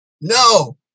No